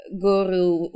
guru